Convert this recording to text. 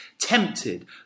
tempted